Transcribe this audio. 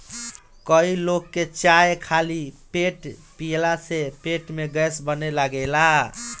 कई लोग के चाय खाली पेटे पियला से पेट में गैस बने लागेला